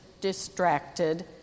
distracted